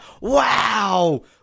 wow